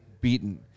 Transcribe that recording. beaten